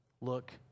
look